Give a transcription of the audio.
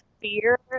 fear